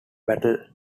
battle